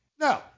No